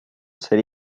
said